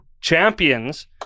champions